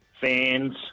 fans